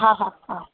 हा हा हा